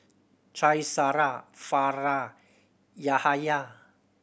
Qaisara Farah Yahaya